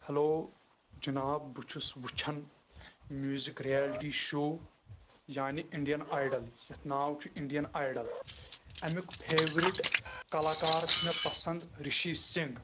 hello جِناب بہٕ چھُس وُچھان میوٗزِک رِیلٹی شوو یانے انڈین ایڈٕلۍ یَتھ ناو چھُ انڈین ایڈٕلۍ اَمیُک فیورِٹ کلاکار چھُ مےٚ پسنٛد رِشی سِنٛگ